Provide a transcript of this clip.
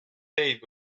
date